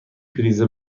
پریز